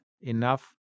enough